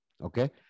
Okay